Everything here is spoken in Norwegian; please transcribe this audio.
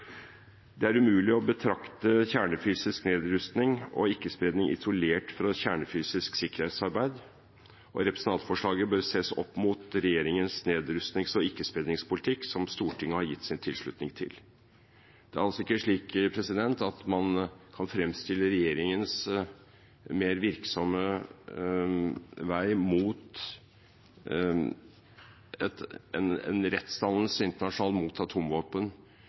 Det er umulig å betrakte kjernefysisk nedrustning og ikke-spredning isolert fra kjernefysisk sikkerhetsarbeid, og representantforslaget bør ses opp mot regjeringens nedrustnings- og ikkespredningspolitikk som Stortinget har gitt sin tilslutning til. Det er altså ikke slik at man kan fremstille regjeringens mer virksomme vei mot en rettsdannelse